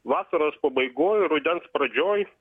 vasaros pabaigoj rudens pradžioj